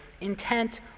intent